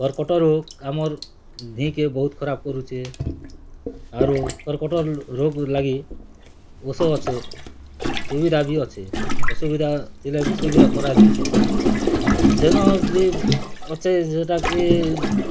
କର୍କଟ ରୋଗ୍ ଆମର୍ ଦିହିକେ ବହୁତ୍ ଖରାପ୍ କରୁଛେ ଆରୁ କର୍କଟ ରୋଗ୍ ଲାଗି ଉଷୋ ଅଛେ ସୁବିଧା ବି ଅଛେ ଅସୁବିଧା ଥିଲେ ବି ସୁବିଧା କରାଯାଉଛେ ସେନ ବି ଅଛେ ସେଟାକେ